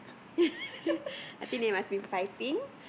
I think they must be fighting